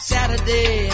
Saturday